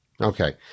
Okay